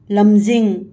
ꯂꯝꯖꯤꯡ